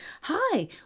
hi